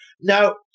Now